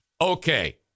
Okay